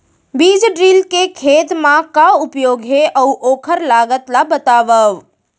बीज ड्रिल के खेत मा का उपयोग हे, अऊ ओखर लागत ला बतावव?